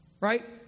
right